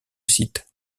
site